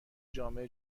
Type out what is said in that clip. جامعه